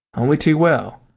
only too well.